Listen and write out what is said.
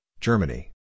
Germany